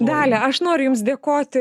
dalia aš noriu jums dėkoti